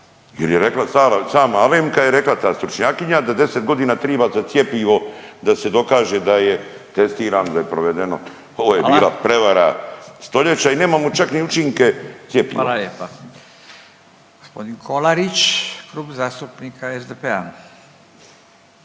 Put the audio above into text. Jer je rekla, sama Alemka je rekla ta stručnjakinja da 10 godina triba za cjepivo da se dokaže da je testirano, da je provedeno. Ovo je bila prevara stoljeća … …/Upadica Radin: Hvala./… … i nemamo čak ni učinke cjepiva. **Radin, Furio (Nezavisni)** Hvala lijepa. Gospodin Kolarić, Klub zastupnika SDP-a.